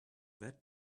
that